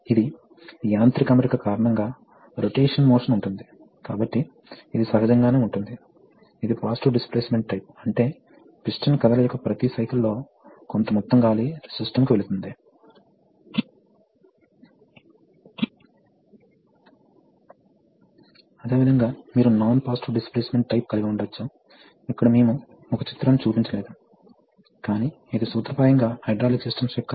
ఇక్కడ మనము ఉన్నాము కాబట్టి ఇక్కడ సర్క్యూట్ ఉంది కాబట్టి మనం ఏమి చేయబోతున్నాం ఈ సర్క్యూట్ చూడండి ఇక్కడ మనకు రెండు సిలిండర్లు ఉన్నాయి ఒకటి J మరొకటి H